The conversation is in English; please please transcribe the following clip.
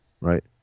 right